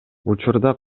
учурда